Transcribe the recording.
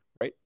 Right